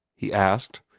he asked.